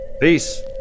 Peace